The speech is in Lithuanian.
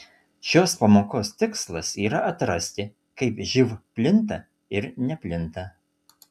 šios pamokos tikslas yra atrasti kaip živ plinta ir neplinta